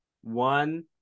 One